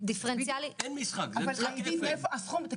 --- סכום התמיכה למתמחה לקופה יורד.